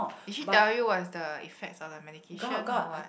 did she tell you what is the effects of the medication or what